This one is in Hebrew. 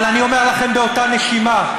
אבל אני אומר לכם באותה נשימה,